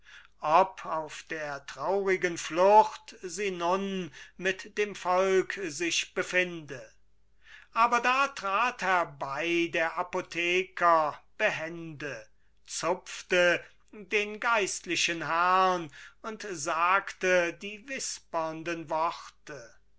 ob auf der traurigen flucht sie nun mit dem volk sich befinde aber da trat herbei der apotheker behende zupfte den geistlichen herrn und sagte die wispernden worte